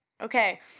okay